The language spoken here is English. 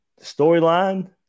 storyline